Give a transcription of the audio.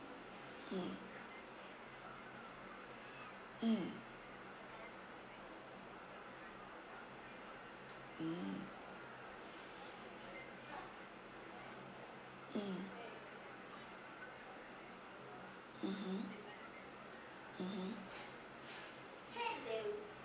mm mm mm mm mmhmm mmhmm